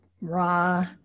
raw